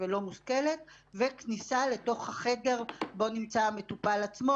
ולא מושכלת וכניסה לתוך החדר שבו נמצא המטופל עצמו,